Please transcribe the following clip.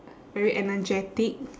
very energetic